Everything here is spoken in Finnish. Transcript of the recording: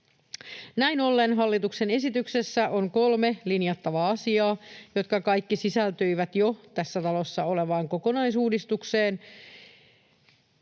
Näin ollen hallituksen esityksessä on kolme linjattavaa asiaa, jotka kaikki sisältyivät jo tässä talossa olevaan kokonaisuudistukseen.